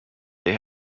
they